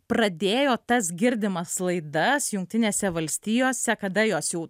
pradėjo tas girdimas laidas jungtinėse valstijose kada jos jau